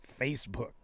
Facebook